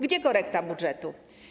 Gdzie korekta budżetu?